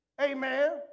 amen